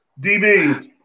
DB